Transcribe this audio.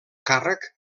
càrrec